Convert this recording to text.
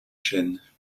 chênes